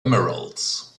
emeralds